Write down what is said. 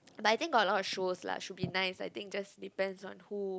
but I think got a lot of shows lah should be nice I think just depends on who